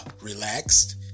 relaxed